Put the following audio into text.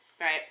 Right